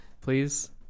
please